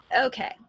Okay